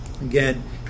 Again